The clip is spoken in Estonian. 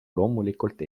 loomulikult